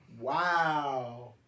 Wow